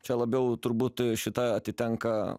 čia labiau turbūt šita atitenka